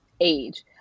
age